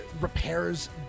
repairs